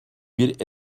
bir